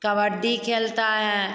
कबड्डी खेलता है